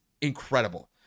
incredible